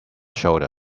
shoulder